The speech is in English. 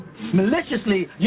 Maliciously